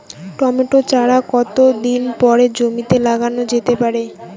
Tomato চারা কতো দিন পরে জমিতে লাগানো যেতে পারে?